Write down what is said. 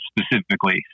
specifically